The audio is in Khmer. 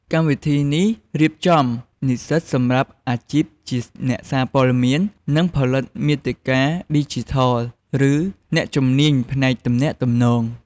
កម្មវិធីនេះរៀបចំនិស្សិតសម្រាប់អាជីពជាអ្នកសារព័ត៌មាន អ្នកផលិតមាតិកាឌីជីថល ឬអ្នកជំនាញផ្នែកទំនាក់ទំនង។